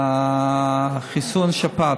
נושא חיסון השפעת.